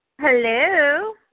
Hello